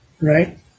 Right